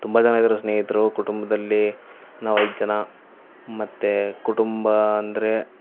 ತುಂಬ ಜನ ಇದ್ದಾರೆ ಸ್ನೇಹಿತರು ಕುಟುಂಬದಲ್ಲಿ ನಾವು ಐದು ಜನ ಮತ್ತು ಕುಟುಂಬ ಅಂದರೆ